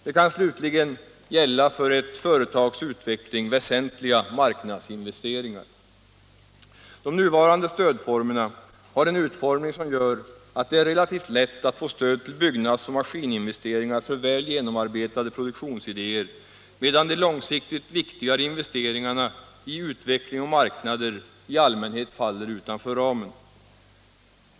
Det kan slutligen gälla för ett företags utveckling väsentliga marknadsinvesteringar. De nuvarande stödformerna har en utformning som gör att det är relativt lätt att få stöd till byggnads och maskininvesteringar för väl genomarbetade produktionsidéer, medan de långsiktigt viktigare investeringarna i utveckling och marknader i allmänhet faller utanför ramen.